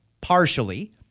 partially